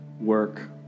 work